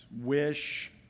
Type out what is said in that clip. wish